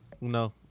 no